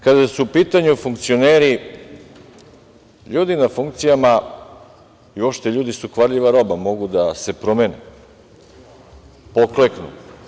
Kada su u pitanju funkcioneri, ljudi na funkcijama i uopšte ljudi su kvarljiva roba, mogu da se promene, pokleknu.